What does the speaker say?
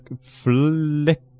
Flick